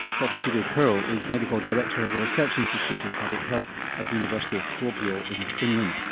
dr sudhir kurl is medical director of the research institute of public health at the university of kuopio in finland.